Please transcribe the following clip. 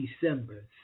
December